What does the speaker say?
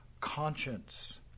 conscience